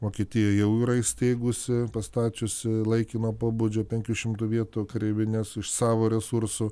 vokietija jau yra įsteigusi pastačiusi laikino pobūdžio penkių šimtų vietų kareivines iš savo resursų